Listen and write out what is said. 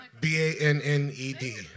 B-A-N-N-E-D